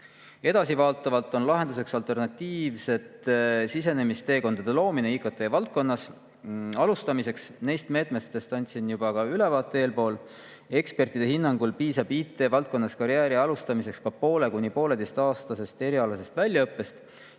Edasivaatavalt on lahendus alternatiivsete sisenemisteekondade loomine IKT-valdkonnas alustamiseks. Neist meetmetest juba andsin ülevaate eelpool. Ekspertide hinnangul piisab IT‑valdkonnas karjääri alustamiseks ka poole- kuni pooleteiseaastasest erialasest väljaõppest.